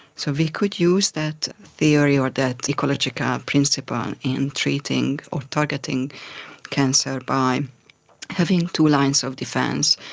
so we could use that theory or that ecological principle in treating or targeting cancer by having two lines of defence.